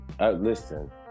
listen